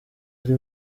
ari